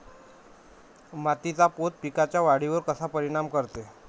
मातीचा पोत पिकाईच्या वाढीवर कसा परिनाम करते?